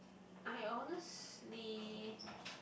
I honestly